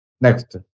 Next